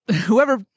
whoever